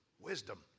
Wisdom